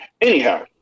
Anyhow